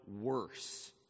worse